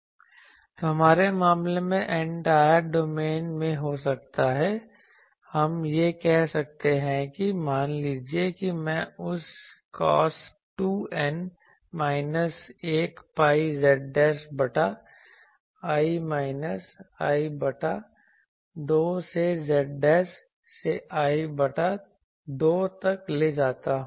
तो हमारे मामले में एंटायर डोमेन में हो सकता है हम यह कह सकते हैं कि मान लीजिए कि मैं उस cos 2n minus 1 pi z बटा l माइनस l बटा 2 से z से l बटा 2 तक ले जाता हूँ